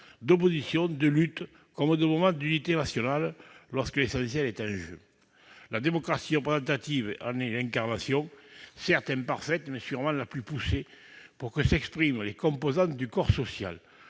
d'oppositions, de luttes, comme de moments d'unité nationale lorsque l'essentiel est en jeu ! La démocratie représentative en est l'incarnation, certes imparfaite, mais sûrement la plus poussée pour que s'expriment les composantes du corps social.